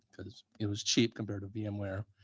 because it was cheap compared to vmware.